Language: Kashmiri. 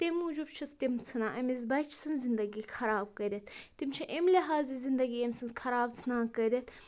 تَمۍ موٗجوٗب چھِس تِم ژھٕنان أمِس بَچہٕ سٕنٛز زندگی خراب کٔرِتھ تِم چھِ أمۍ لہازٕ زندگی أمۍ سٕنٛز خراب ژھٕنان کٔرِتھ